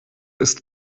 ist